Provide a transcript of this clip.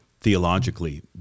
theologically